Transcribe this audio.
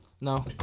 No